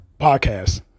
podcast